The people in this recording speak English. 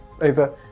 over